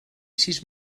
sis